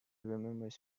remembers